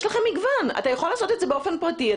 יש לכם מגוון: אתה יכול לעשות את זה באופן פרטי,